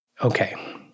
okay